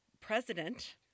president